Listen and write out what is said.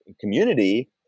community